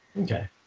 Okay